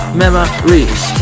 memories